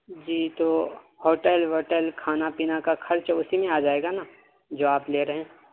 جی تو ہوٹل ووٹل کھانا پینا کا خرچ اسی میں آ جائے گا نا جو آپ لے رہے ہیں